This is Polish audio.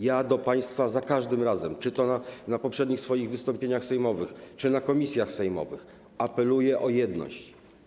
Ja do państwa za każdym razem, czy to w swoich poprzednich wystąpieniach sejmowych, czy w komisjach sejmowych, apeluję o jedność.